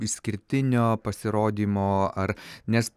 išskirtinio pasirodymo ar nes